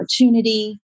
opportunity